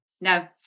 No